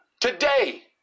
Today